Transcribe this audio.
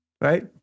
right